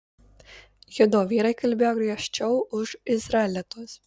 judo vyrai kalbėjo griežčiau už izraelitus